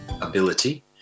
ability